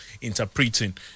interpreting